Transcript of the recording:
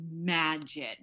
imagine